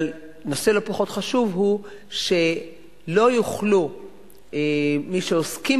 אבל נושא לא פחות חשוב הוא שלא יוכלו מי שעוסקים